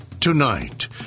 Tonight